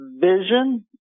vision